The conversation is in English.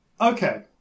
Okay